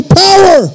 power